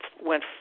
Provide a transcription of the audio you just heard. went